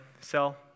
sell